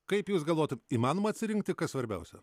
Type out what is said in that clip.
kaip jūs galvojat įmanoma atsirinkti kas svarbiausia